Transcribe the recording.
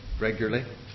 regularly